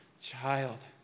child